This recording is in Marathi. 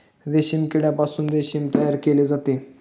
रेशीम किड्यापासून रेशीम तयार केले जाते